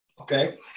Okay